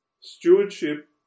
Stewardship